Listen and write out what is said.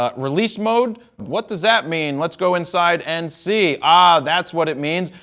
ah release mode, what does that mean? let's go inside and see. ah, that's what it means.